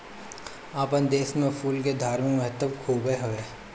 आपन देस में फूल के धार्मिक महत्व खुबे हवे